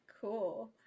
Cool